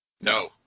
No